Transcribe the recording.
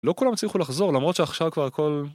לא כולם הצליחו לחזור למרות שעכשיו כבר הכל...